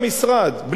למשרד שלו,